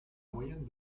moyenne